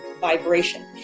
vibration